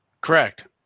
Correct